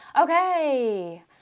Okay